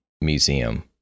museum